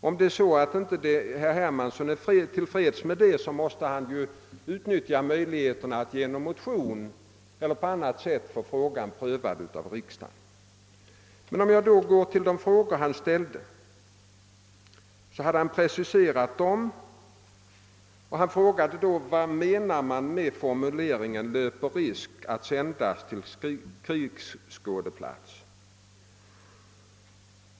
Om herr Hermansson inte är till freds med lagen, måste han utnyttja möjligheterna att genom motion eller på annat sätt få frågan prövad av riksdagen. Jag övergår till de frågor som herr Hermansson preciserade. Han frågade: Vad menar man med formuleringen »löper risk att sändas till krigsskådeplats»?